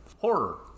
Horror